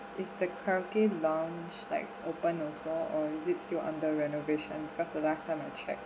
is the karaoke lounge like open also or is it still under renovation because the last time I check